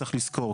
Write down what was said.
צריך לזכור,